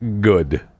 good